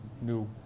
new